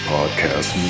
Podcast